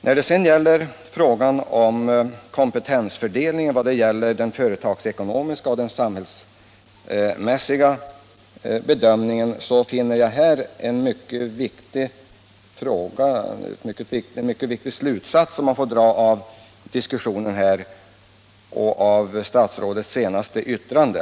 När det sedan gäller kompetensfördelningen beträffande den företagsekonomiska och den samhällsekonomiska bedömningen kan man dra en mycket viktig slutsats av diskussionen här och av statsrådets senaste yttrande.